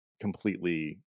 completely